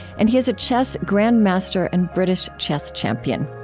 and he is a chess grandmaster and british chess champion.